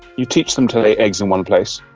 you teach them to lay eggs in one place,